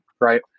right